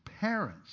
parents